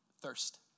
Thirst